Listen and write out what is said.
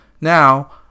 Now